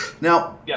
Now